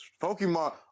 Pokemon